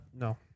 No